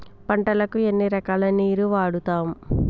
పంటలకు ఎన్ని రకాల నీరు వాడుతం?